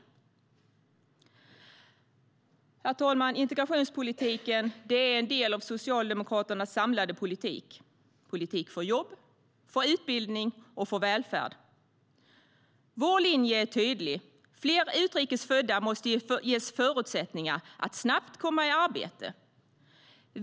Herr talman! Integrationspolitiken är en del av Socialdemokraternas samlade politik. Det är en politik för jobb, utbildning och välfärd. Vår linje är tydlig: Fler utrikes födda måste ges förutsättningar att snabbt komma i arbete.